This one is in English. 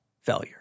failure